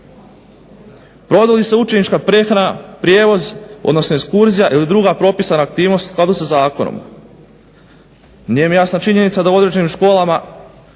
Provodi li se učenička prehrana prijevoz, odnosno ekskurzija odnosno druga propisana aktivnost u skladu sa zakonom. Nije mi jasno činjenica da u određenim školama,